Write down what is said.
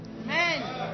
Amen